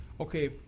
okay